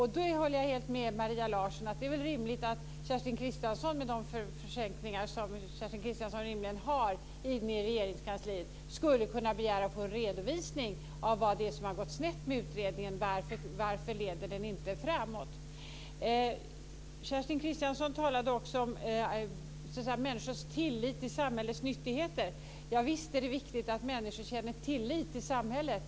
Jag håller helt med Maria Larsson om att det väl är rimligt att Kerstin Kristiansson Karlstedt med de försänkningar som hon rimligen har i Regeringskansliet skulle kunna begära att få en redovisning av vad som har gått snett med utredningen och av anledningen till att den inte leder framåt. Kerstin Kristiansson Karlstedt talade också om människors tillit till samhällets nyttigheter. Ja visst är det viktigt att människor känner tillit till samhället.